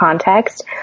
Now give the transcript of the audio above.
context